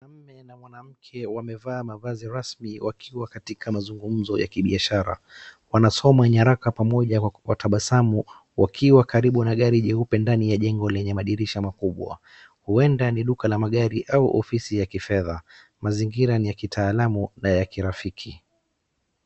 Mwanaume na mwanamke wamevaa mavazi rasmi wakiwa katika mazungumzo ya kibiashara. Wanasoma nyaraka pamoja wakitabasamu, wakiwa karibu na gari jeupe ndani ya jengo lenye madirisha makubwa. Huenda ni duka la magari au ofisi ya kifedha. Mazingira ni ya kitaalamu na ya kirafiki.